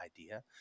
idea